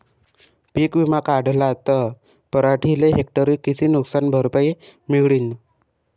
पीक विमा काढला त पराटीले हेक्टरी किती नुकसान भरपाई मिळीनं?